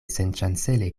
senŝancele